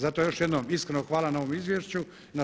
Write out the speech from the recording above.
Zato još jednom, iskreno hvala na ovom izvješću.